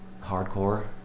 hardcore